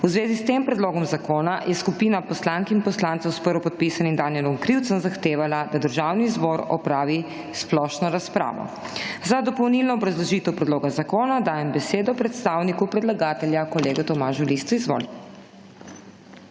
V zvezi s tem predlogom zakona, je skupina poslank in poslancev, s prvopodpisanim Danijelom Krivcem zahtevala, da Državni zbor opravi splošno razpravo. Za dopolnilno obrazložitev predloga zakona dajem besedo predstavniku predlagatelja, kolegu Tomažu Liscu. Izvolite.